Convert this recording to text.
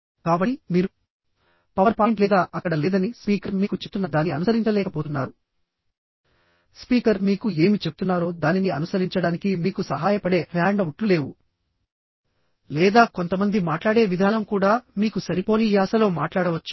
కాబట్టి మీరు power point లేదా అక్కడ లేదని స్పీకర్ మీకు చెప్తున్న దాన్ని అనుసరించలేకపోతున్నారు స్పీకర్ మీకు ఏమి చెప్తున్నారో దానిని అనుసరించడానికి మీకు సహాయపడే హ్యాండ్అ వుట్లు లేవు లేదా కొంతమంది మాట్లాడే విధానం కూడా మీకు సరిపోని యాసలో మాట్లాడవచ్చు